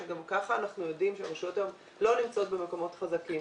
שגם ככה אנחנו יודעים שהרשויות היום לא נמצאות במקומות חזקים